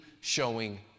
showing